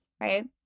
right